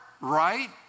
right